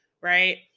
right